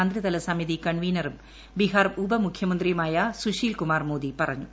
മന്ത്രിതല സമിതി കൺവീനറും ബിഹാർ ഉപമുഖ്യമന്ത്രിയുമായ സുശീൽകുമാർ മോദി പറഞ്ഞു